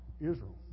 Israel